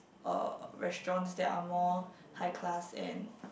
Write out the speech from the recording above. uh restaurants that are more high class and